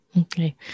Okay